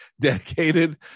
dedicated